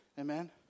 Amen